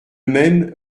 même